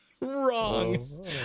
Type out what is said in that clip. wrong